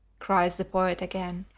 cries the poet again,